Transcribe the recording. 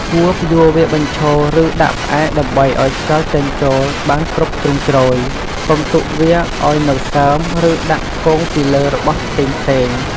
គួរព្យួរវាបញ្ឈរ ឬដាក់ផ្អែកដើម្បីឲ្យខ្យល់ចេញចូលបានគ្រប់ជ្រុងជ្រោយ កុំទុកវាឱ្យនៅសើម ឬដាក់គងពីលើរបស់ផ្សេងៗ។